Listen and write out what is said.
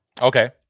Okay